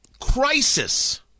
crisis